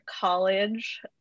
college